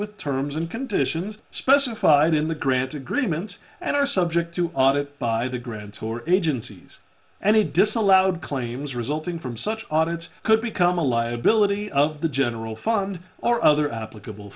with terms and conditions specified in the grant agreements and are subject to audit by the grants or agencies any disallowed claims resulting from such audits could become a liability of the general fund or other applicable